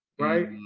right?